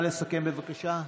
נא לסכם, בבקשה.